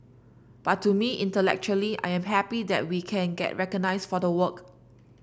but to me intellectually I am happy that we can get recognised for the work